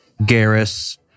Garrus